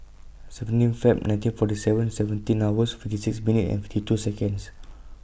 seventeen Feb nineteen fortyseven seventeen hours fifty six minute and fifty two Seconds